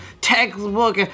textbook